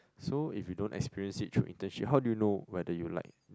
so if you don't experience it through internship how do you know whether you like